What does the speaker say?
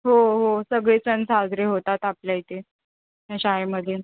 हो हो सगळे सण साजरे होतात आपल्या इथे या शाळेमध्ये